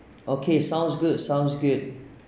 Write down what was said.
okay sounds good sounds good